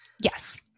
Yes